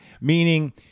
meaning